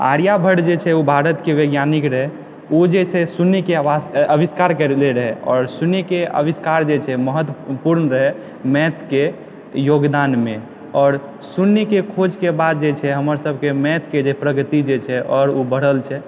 आर्याभट्ट जे छै ओ भारतके वैज्ञानिक रहय ओ जे छै शून्यके अविष्कार करने रहय आओर शून्यके अविष्कार जे छै से महत्वपुर्ण रहय मैथके योगदानमे आओर शून्यके खोजके बाद जे छै हमर सभके मैथके जे प्रगति जे छै आओर ओ बढ़ल छै